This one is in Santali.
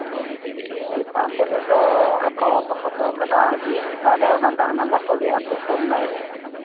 ᱪᱮᱛᱟᱱ ᱥᱮᱫ ᱨᱮᱫᱚ ᱟᱫᱚ ᱵᱟᱠᱚ ᱛᱚᱞ ᱠᱟᱫᱟ ᱟᱹᱰᱤ ᱪᱮᱛᱟᱱᱨᱮ ᱚᱱᱟ ᱫᱟᱜ ᱵᱟᱠᱚ ᱞᱟᱹᱭᱟ ᱛᱩᱯᱩᱱ ᱱᱟᱹᱭ